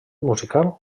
musical